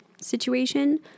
situation